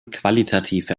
qualitative